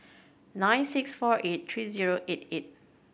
nine six four eight three zero eight eight